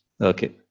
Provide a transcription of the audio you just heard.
Okay